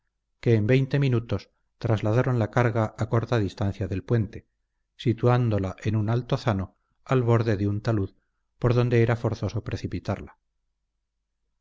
que en veinte minutos trasladaron la carga a corta distancia del puente situándola en un altozano al borde de un talud por donde era forzoso precipitarla